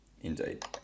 Indeed